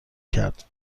کرد